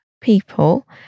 people